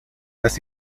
las